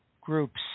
groups